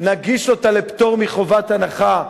נגיש אותה לפטור מחובת הנחה,